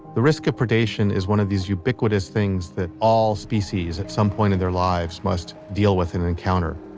the risk of predation is one of these ubiquitous things that all species at some point in their lives must deal with an encounter.